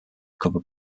covered